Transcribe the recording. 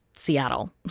Seattle